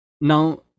Now